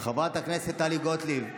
חברת הכנסת טלי גוטליב,